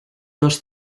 dos